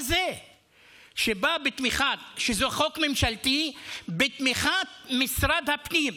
שבא בתמיכה, זה חוק ממשלתי בתמיכת משרד הפנים,